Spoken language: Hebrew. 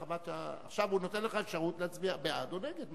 עכשיו הוא נותן לך אפשרות להצביע בעד או נגד,